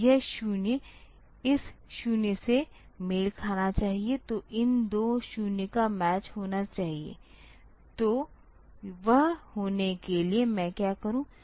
तो यह 0 इस 0 से मेल खाना चाहिए तो इन दो 0 का मैच होना चाहिए तो वह होने के लिए मैं क्या करूँ